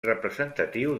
representatiu